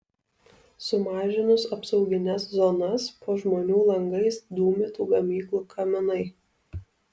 sumažinus apsaugines zonas po žmonių langais dūmytų gamyklų kaminai